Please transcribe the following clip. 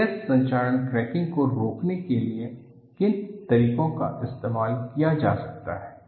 stress संक्षारण cracking को रोकने के लिए किन तरीकों का इस्तेमाल किया जा सकता है